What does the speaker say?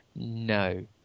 No